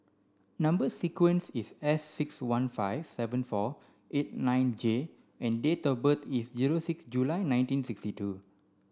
number sequence is S six one five seven four eight nine J and date of birth is zero six July nineteen sixty two